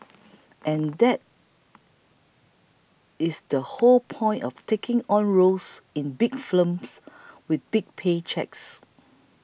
and that is the whole point of taking on roles in big films with big pay cheques